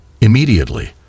Immediately